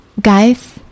guys